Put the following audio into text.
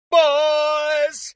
boys